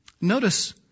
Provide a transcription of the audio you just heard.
Notice